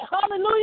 hallelujah